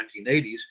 1980s